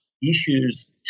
issues